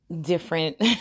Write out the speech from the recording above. different